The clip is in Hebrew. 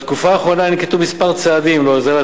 בתקופה האחרונה ננקטו כמה צעדים להורדת